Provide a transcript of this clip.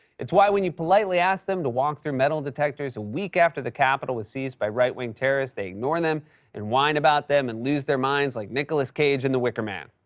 it's why when you politely ask them to walk through metal detectors a week after the capitol was seized by right-wing terrorists, they ignore them and whine about them and lose their minds like nicolas cage in the wicker man.